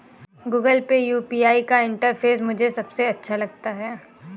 Google Pay UPI का interface मुझे सबसे अच्छा लगता है